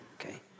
okay